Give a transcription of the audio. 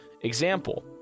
Example